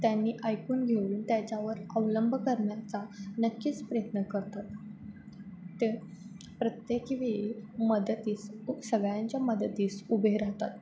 त्यांनी ऐकून घेऊन त्याच्यावर अवलंब करण्याचा नक्कीच प्रयत्न करतात ते प्रत्येकवेळी मदतीस सगळ्यांच्या मदतीस उभे राहतात